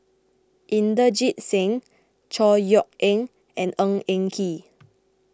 Inderjit Singh Chor Yeok Eng and Ng Eng Kee